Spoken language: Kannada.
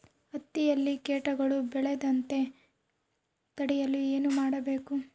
ಹತ್ತಿಯಲ್ಲಿ ಕೇಟಗಳು ಬೇಳದಂತೆ ತಡೆಯಲು ಏನು ಮಾಡಬೇಕು?